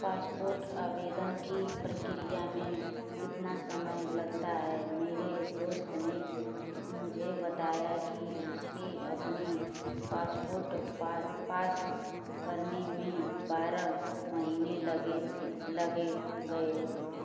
passport आवेदन की प्रक्रिया में कितना समय लगता है मेरे दोस्त ने मुझे बताया कि उसके अपने पासपोर्ट पास पास करने में बारह महीने लगे थे लगे गए